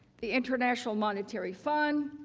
the international monetary fund,